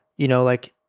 you know, like,